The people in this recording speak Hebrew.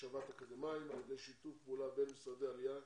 להשבת אקדמאים על ידי שיתוף פעולה בין משרדי העלייה,